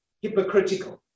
hypocritical